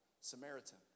Samaritan